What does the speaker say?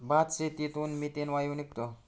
भातशेतीतून मिथेन वायू निघतो